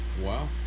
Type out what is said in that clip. Wow